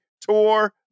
Tour